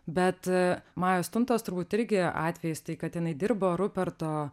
bet majos tuntos turbūt irgi atvejis tai kad jinai dirbo ruperto